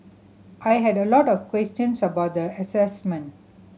I had a lot of questions about the assignment